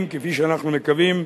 אם, כפי שאנחנו מקווים,